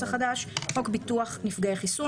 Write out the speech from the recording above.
התשמ"ה 1985 ; (13)חוק ביטוח נפגעי חיסון,